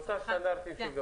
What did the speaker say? באותם סטנדרטים.